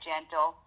gentle